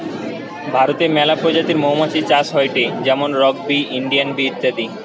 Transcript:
ভারতে মেলা প্রজাতির মৌমাছি চাষ হয়টে যেমন রক বি, ইন্ডিয়ান বি ইত্যাদি